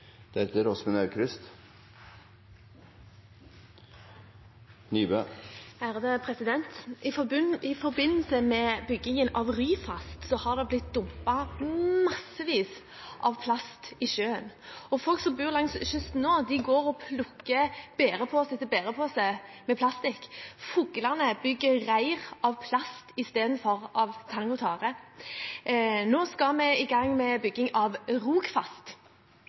I forbindelse med byggingen av Ryfast har det blitt dumpet massevis av plast i sjøen. Folk som bor langs kysten, går og plukker bærepose etter bærepose med plastikk. Fuglene bygger reir av plast i stedet for av tang og tare. Nå skal vi i gang med byggingen av Rogfast,